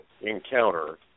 encounter